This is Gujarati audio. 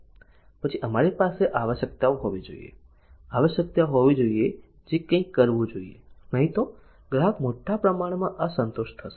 પછી અમારી પાસે આવશ્યકતાઓ હોવી જોઈએ આવશ્યકતાઓ હોવી જોઈએ જે કંઈક કરવું જોઈએ નહીં તો ગ્રાહક મોટા પ્રમાણમાં અસંતુષ્ટ થશે